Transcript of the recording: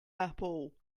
apple